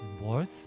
worth